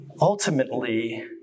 Ultimately